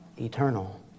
eternal